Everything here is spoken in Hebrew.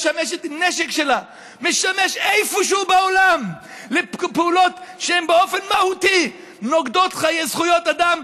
נשק שלה משמש איפשהו בעולם לפעולות שהן באופן מהותי נוגדות זכויות אדם,